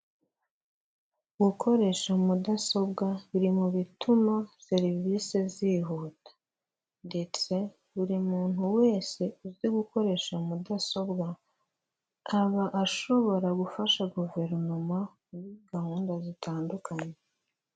Gukoresha mudasobwa biri mu bituma serivisi zihuta ndetse buri muntu wese uzi gukoresha mudasobwa, aba ashobora gufasha guverinoma muri gahunda zitandukanye.